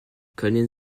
können